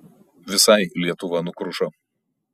visai lietuva nukrušo